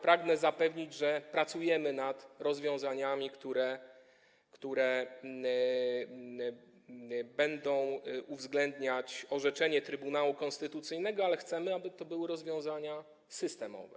Pragnę zapewnić, że pracujemy nad rozwiązaniami, które będą uwzględniać orzeczenie Trybunału Konstytucyjnego, ale chcemy, aby były to rozwiązania systemowe.